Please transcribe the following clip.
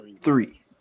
Three